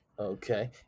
Okay